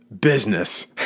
business